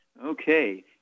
Okay